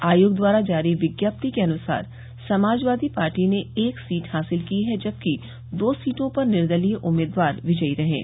आयोग द्वारा जारी विज्ञप्ति के अनुसार समाजवादी पार्टी ने एक सीट हासिल की है जबकि दो सीटों पर निर्दलीय उम्मीदवार विजयी रहे हैं